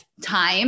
time